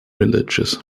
religious